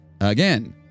Again